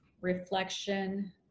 reflection